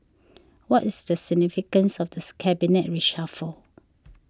what is the significance of this cabinet reshuffle